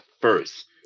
first